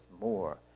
more